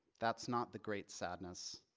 that's not the great sadness.